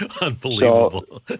Unbelievable